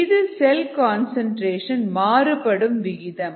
இது cell concentration மாறுபடும் விகிதம்